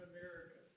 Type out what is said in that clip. America